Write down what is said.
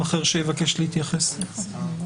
בבקשה.